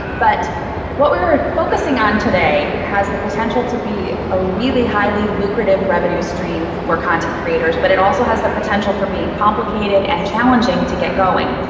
but what we're focusing on today has the potential to be a really highly lucrative revenue stream for content creators. but it also has the potential for being complicated and challenging to get going.